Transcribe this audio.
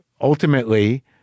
ultimately